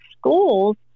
schools